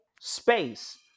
space